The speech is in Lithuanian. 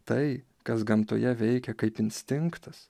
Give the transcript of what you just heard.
tai kas gamtoje veikia kaip instinktas